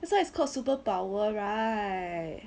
so it's called superpower right